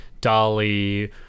dolly